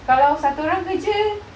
kalau satu orang kerja